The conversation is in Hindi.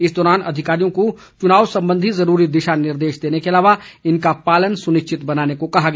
इस दौरान अधिकारियों को चुनाव संबंधी जरूरी दिशा निर्देश देने के अलावा इनका पालन सुनिश्चित बनाने को कहा गया